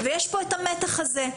ויש פה את המתח הזה.